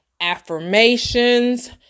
affirmations